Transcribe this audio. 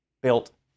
built